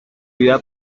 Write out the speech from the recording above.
vida